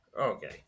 okay